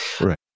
Right